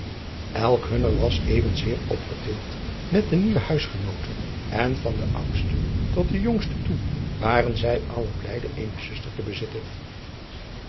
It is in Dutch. elk hunner was evenzeer opgetild met de nieuwe huisgenoote en van den oudsten tot den jongsten toe waren zij allen blijde eene zuster te bezitten